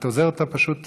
את עוזרת לה.